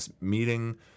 meeting